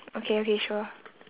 okay okay sure